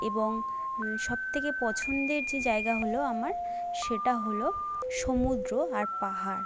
এবং সব থেকে পছন্দের যে জায়গা হলো আমার সেটা হলো সমুদ্র আর পাহাড়